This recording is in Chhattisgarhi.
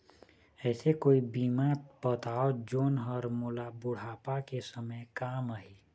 ऐसे कोई बीमा बताव जोन हर मोला बुढ़ापा के समय काम आही?